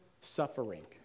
suffering